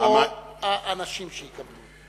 או האנשים שיקבלו?